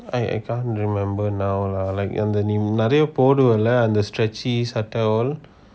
I I can't remember now lah like அந்த நீ நெறய போடுவாளா அந்த:antha nee neraya poduvala antha stretchy சட்ட:satta all